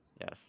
Yes